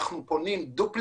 אנחנו בונים העתק